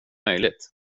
möjligt